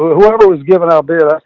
whoever was giving out beer that